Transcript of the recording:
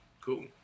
Cool